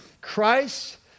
Christ